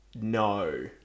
No